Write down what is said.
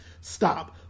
Stop